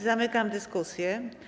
Zamykam dyskusję.